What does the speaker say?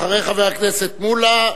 אחרי חבר הכנסת מולה,